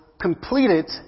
completed